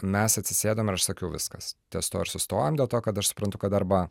mes atsisėdom ir aš sakiau viskas ties tuo ir sustojam dėl to kad aš suprantu kad arba